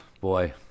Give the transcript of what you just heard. Boy